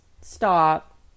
Stop